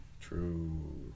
true